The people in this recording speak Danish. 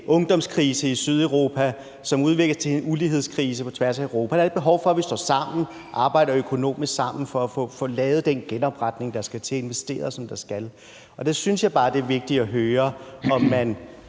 ungdomskrise i Sydeuropa, og som udvikler sig til en ulighedskrise på tværs af Europa. Der er et behov for, at vi står sammen og arbejder økonomisk sammen om at få lavet den genopretning, der skal til, og få investeret, som vi skal. Og der synes jeg bare, at det er vigtigt at høre, om man